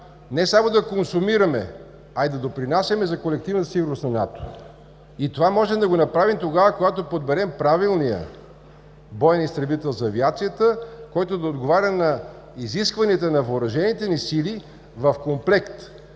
Не само да консумираме, а и да допринасяме за колективната сигурност на НАТО. И това можем да го направим тогава, когато подберем правилния, бойния изтребител за авиацията, който да отговаря на изискванията на въоръжените ни сили в комплект.